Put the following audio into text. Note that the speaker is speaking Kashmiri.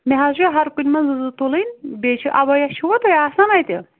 مےٚ حظ چھُ ہر کُنہِ منٛز زٕ تُلٕنۍ بیٚیہِ چھُ ابیا چھُوا تۄہہِ آسان اَتہِ